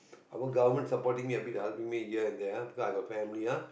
our government supporting me a bit here and there ah because I got family ah